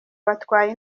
batwara